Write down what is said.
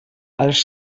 els